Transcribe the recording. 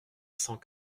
cent